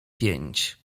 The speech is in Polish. pięć